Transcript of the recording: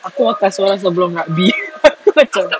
aku makan seorang sebelum rugby aku macam